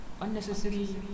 unnecessary